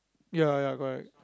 ya ya correct